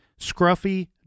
scruffy